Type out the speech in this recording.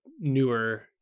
newer